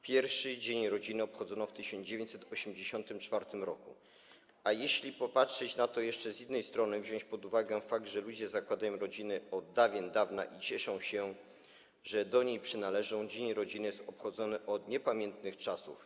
Pierwszy dzień rodziny obchodzono w 1984 r., a jeśli popatrzeć na to jeszcze z innej strony, wziąć pod uwagę fakt, że ludzie zakładają rodziny od dawien dawna i cieszą się, że do niej przynależą, dzień rodziny jest obchodzony od niepamiętnych czasów.